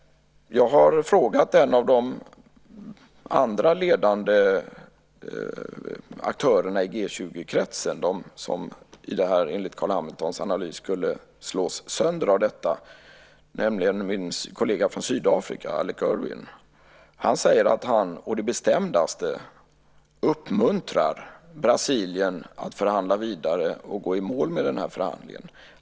Jag har frågat en av de andra ledande aktörerna i G 20-kretsen - de som enligt Carl B Hamiltons analys skulle slås sönder av detta. Det är min kollega från Sydafrika, Alec Erwin. Han säger att han å det bestämdaste uppmuntrar Brasilien att förhandla vidare och gå i mål med förhandlingen.